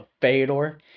Fedor